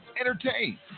entertain